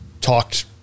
talked